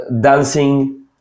dancing